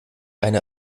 eine